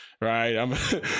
right